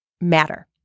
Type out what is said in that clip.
matter